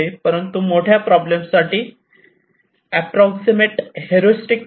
परंतु मोठ्या प्रॉब्लेम साठी अँप्रॉक्सिमेट हेरिस्टिक्स आहेत